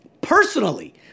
personally